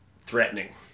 Threatening